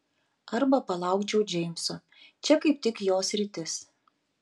arba palaukčiau džeimso čia kaip tik jo sritis